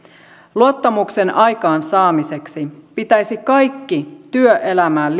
luottamuksen aikaansaamiseksi pitäisi kaikkien työelämään